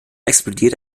explodiert